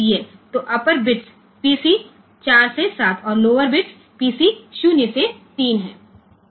તેથી upper bits PC 4 થી 7 છે અને લોઅર બિટ્સ PC 0 થી 3 છે